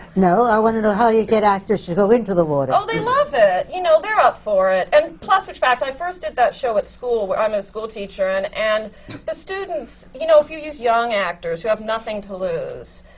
no, i want to know how you get actors to go into the water. oh, they love it! you know, they're up for it. and plus which fact, i first did that show at school, where i'm a school teacher. and and the students, you know, if you use young actors who have nothing to lose,